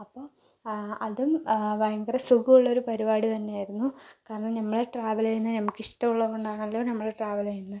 അപ്പോൾ അതും ഭയങ്കര സുഖമുള്ളൊരൂ പരിപാടി തന്നെ ആയിരുന്നു കാരണം നമ്മൾ ട്രാവൽ ചെയ്യുന്ന നമുക്ക് ഇഷ്ടമുള്ളതു കൊണ്ടാണല്ലോ നമ്മൾ ട്രാവൽ ചെയ്യുന്നത്